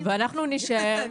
ואנחנו נישאר,